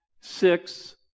six